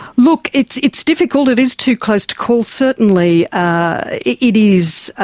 look, it's it's difficult, it is too close to call. certainly ah it it is,